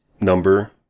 number